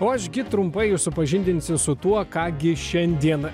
o aš gi trumpai jus supažindinsiu su tuo ką gi šiandien